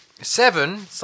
seven